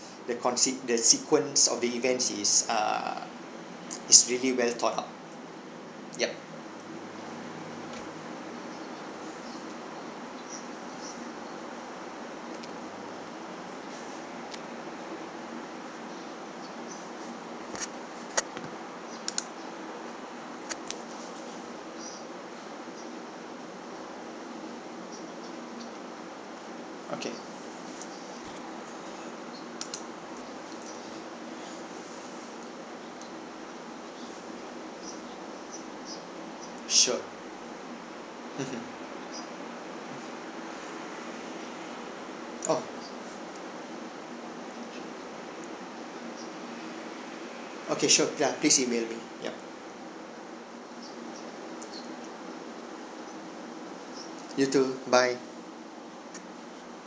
the conse~ the sequence of the events is err is really well thought up yup okay sure mmhmm oh okay sure ya please email me yup you too bye